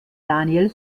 daniel